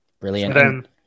brilliant